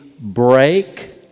break